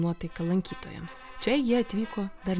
nuotaiką lankytojams čia jie atvyko dar